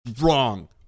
wrong